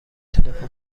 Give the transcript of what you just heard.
تلفن